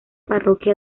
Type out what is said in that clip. parroquia